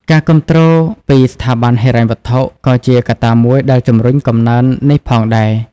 ការគាំទ្រពីស្ថាប័នហិរញ្ញវត្ថុ ក៏ជាកត្តាមួយដែលជំរុញកំណើននេះផងដែរ។